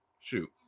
Shoot